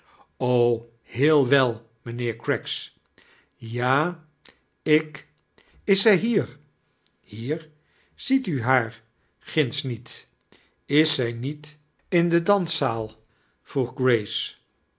heel wel mijnheer craggs ja ik is zij hier hier ziet u haar ginds niet is zij niet in de danszaal vroeg grace